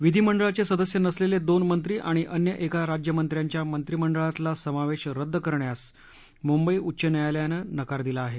गौरी विधीमंडळाचे सदस्य नसलेले दोन मंत्री आणि अन्य एका राज्यमंत्र्याचा मंत्रिमंडळातला समावेश रद्द करण्यास मुंबई उच्च न्यायालयानं नकार दिला आहे